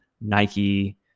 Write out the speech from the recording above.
Nike